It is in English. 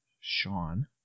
Sean